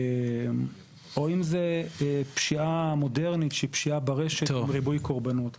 אם זו פשיעה מודרנית כמו פשיעה ברשת עם ריבוי קורבנות.